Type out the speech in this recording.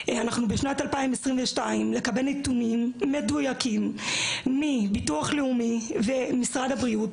אנחנו בשנת 2022 לקבל נתונים מדויקים מביטוח לאומי ומשרד הבריאות,